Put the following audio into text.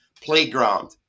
playground